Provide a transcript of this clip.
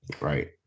right